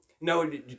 No